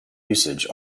usage